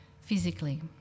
physically